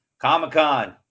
comic-con